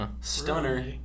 Stunner